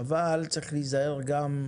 אבל צריך להיזהר גם,